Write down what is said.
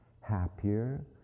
happier